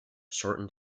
shortened